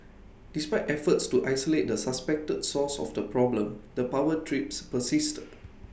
despite efforts to isolate the suspected source of the problem the power trips persisted